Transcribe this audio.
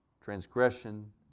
transgression